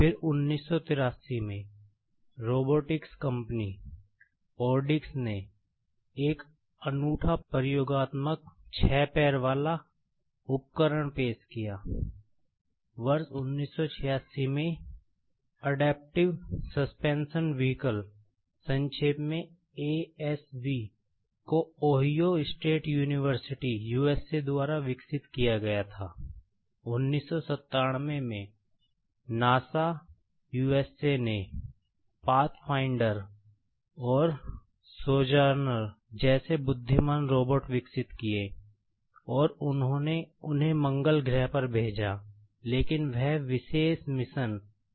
फिर 1983 में रोबोटिक्स विकसित किए और उन्होंने उन्हें मंगल ग्रह पर भेजा लेकिन वह विशेष मिशन एक विफलता थी